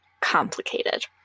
complicated